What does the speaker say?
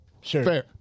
Sure